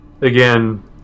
again